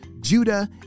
Judah